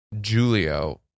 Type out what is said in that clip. Julio